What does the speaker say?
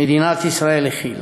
ומדינת ישראל הכילה.